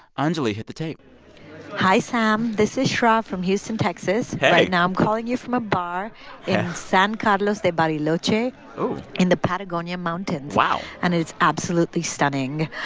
anjuli, hit the tape hi, sam. this is shrav from houston, texas hey right now, i'm calling you from a bar in san carlos de bariloche in the patagonia mountains. wow. and it is absolutely stunning.